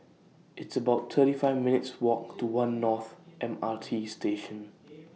It's about thirty five minutes' Walk to one North M R T Station